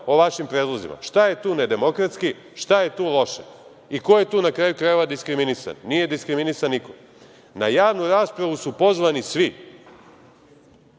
o vašim predlozima. Šta je tu nedemokratski, šta je tu loše i ko je tu, na kraju krajeva, diskriminisan? Nije diskriminisan niko. Na javnu raspravu su pozvani